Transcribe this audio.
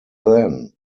then